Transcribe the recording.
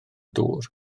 dŵr